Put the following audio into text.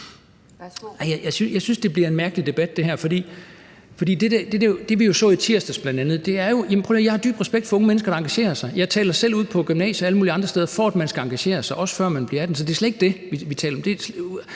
(DF): Jeg synes, det her bliver en mærkelig debat. Altså, prøv at høre: Jeg har dyb respekt for unge mennesker, der engagerer sig. Jeg taler selv ude på gymnasier og alle mulige andre steder, for at man skal engagere sig – også før man bliver 18 år. Så det er slet ikke det, vi taler om.